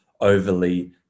overly